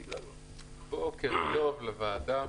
בוקר טוב לוועדה,